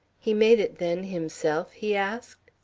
he made it, then, himself? he asked.